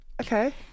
Okay